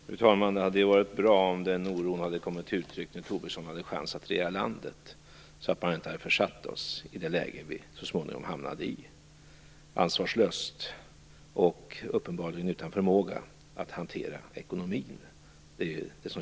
Fru talman! Det hade varit bra om den oron hade kommit till uttryck medan Tobisson hade chans att regera landet, så att man inte hade försatt oss i det läge som vi så småningom hamnade i. Det som kännetecknade den perioden var ansvarslöshet och oförmåga att hantera ekonomin.